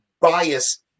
bias